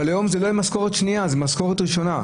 היום זאת לא תהיה משכורת שנייה אלא משכורת ראשונה.